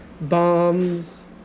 bombs